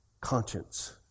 Conscience